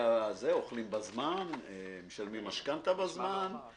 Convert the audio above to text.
אוכלים בזמן, משלמים משכנתא בזמן.